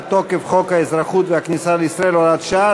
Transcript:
תוקף חוק האזרחות והכניסה לישראל (הוראת שעה),